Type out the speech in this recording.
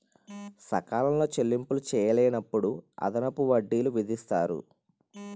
సకాలంలో చెల్లింపులు చేయలేనప్పుడు అదనపు వడ్డీలు విధిస్తారు